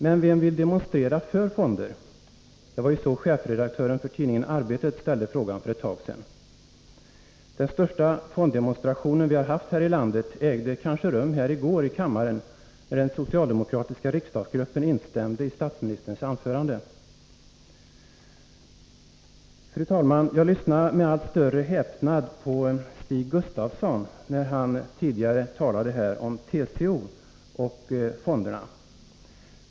Men vem vill demonstrera för fonder? Det var ju så chefredaktören för tidningen Arbetet ställde frågan för ett tag sedan. Den största fonddemonstrationen vi har haft här i landet ägde kanske rum i går här i kammaren, när den socialdemokratiska riksdagsgruppen instämde i statsministerns anförande. Fru talman! Jag lyssnade med allt större häpnad till Stig Gustafsson, när han tidigare talade om TCO och fonderna.